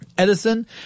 Edison